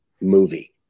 movie